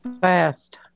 fast